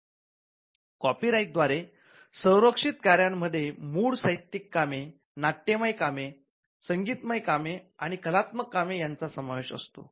कॉपीराइटद्वारे संरक्षित कार्यांमध्ये मूळ साहित्यिक कामे नाट्यमय कामे संगीतमय कामे आणि कलात्मक कामे यांचा समावेश असतो